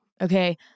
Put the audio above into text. Okay